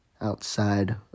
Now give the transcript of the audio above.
outside